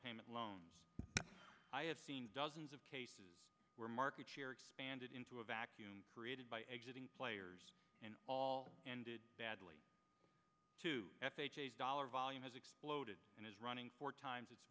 payment loans i have seen dozens of cases where market share expanded into a vacuum created by exiting players and all ended badly too f h a dollar volume has exploded and is running four times it